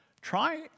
Try